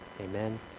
Amen